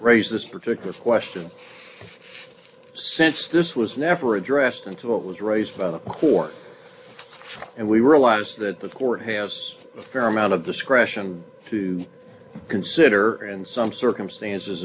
raise this particular question since this was never addressed and what was raised by the court and we realize that the court has a fair amount of discretion to consider and some circumstances